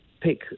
pick